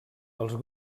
els